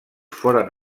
foren